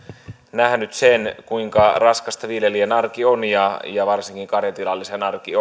nähnyt sen kuinka raskasta viljelijän arki on ja ja varsinkin karjatilallisen arki